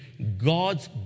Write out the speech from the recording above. God's